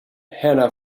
hanna